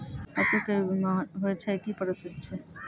पसु के भी बीमा होय छै, की प्रोसेस छै?